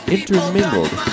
Intermingled